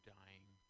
dying